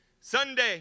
Sunday